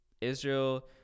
Israel